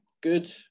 good